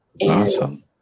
Awesome